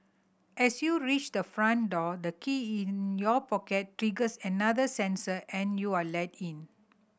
as you reach the front door the key in your pocket triggers another sensor and you are let in